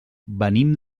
venim